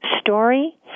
story